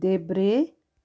देब्रे